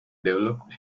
developed